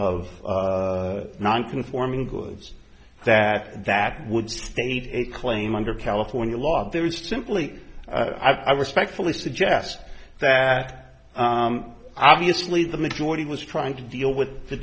of nonconforming goods that that would state a claim under california law there is simply i respectfully suggest that obviously the majority was trying to deal with the